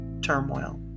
turmoil